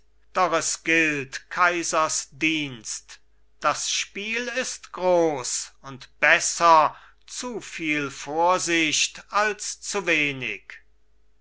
doch es gilt kaisers dienst das spiel ist groß und besser zu viel vorsicht als zu wenig